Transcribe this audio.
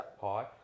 high